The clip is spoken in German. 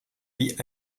wie